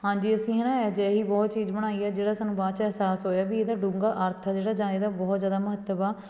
ਹਾਂਜੀ ਅਸੀਂ ਹੈ ਨਾ ਅਜਿਹੀ ਬਹੁਤ ਚੀਜ਼ ਬਣਾਈ ਆ ਜਿਹੜਾ ਸਾਨੂੰ ਬਾਅਦ 'ਚ ਅਹਿਸਾਸ ਹੋਇਆ ਵੀ ਇਹਦਾ ਡੂੰਘਾ ਅਰਥ ਜਿਹੜਾ ਜਾਂ ਇਹਦਾ ਬਹੁਤ ਜ਼ਿਆਦਾ ਮਹੱਤਵ ਆ